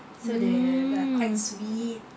mm